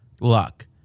luck